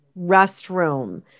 restroom